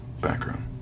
background